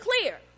clear